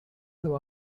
who